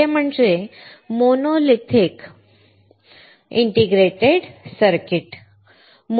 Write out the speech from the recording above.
पहिले म्हणजे monolithic integrated circuits